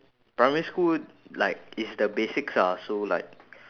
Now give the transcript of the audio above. primary school like it's the basics ah so like